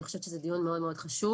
אני חושבת שזה דיון מאוד מאוד חשוב.